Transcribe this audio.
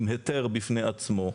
עם היתר בפני עצמו,